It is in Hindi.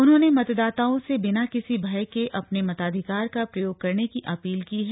उन्होंने मतदाताओं से बिना किसी भय के अपने मताधिकार का प्रयोग करने की अपील की है